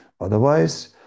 otherwise